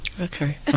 Okay